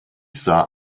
sah